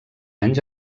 anys